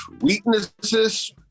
weaknesses